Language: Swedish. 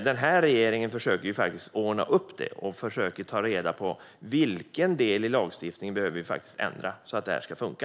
Den här regeringen försöker ordna upp detta och ta reda på vilken del av lagstiftningen vi behöver ändra för att det ska funka.